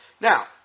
Now